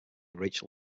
rachel